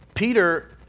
Peter